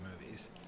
movies